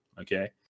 okay